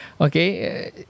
Okay